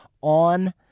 on